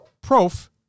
prof